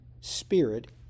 spirit